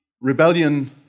rebellion